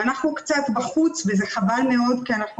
אנחנו קצת בחוץ וזה חבל מאוד כי אנחנו